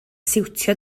siwtio